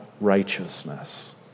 righteousness